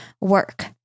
work